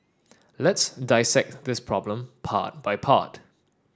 let's dissect this problem part by part